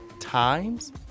times